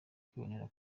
kwibonera